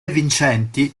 vincenti